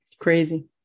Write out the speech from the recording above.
Crazy